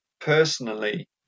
personally